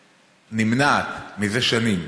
נמנעות זה שנים